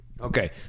Okay